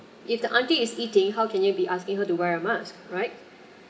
if the auntie is eating how can you be asking her to wear a mask right